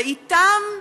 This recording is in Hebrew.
ואתם,